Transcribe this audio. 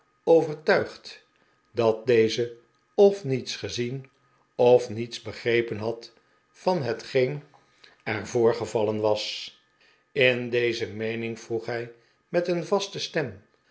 overtuigd dat deze of niets gezien of niets begrepen had van hetgeen er voorgevallen was in deze meening vroeg hij met een vaste stem